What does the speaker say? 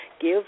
give